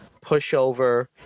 pushover